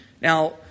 Now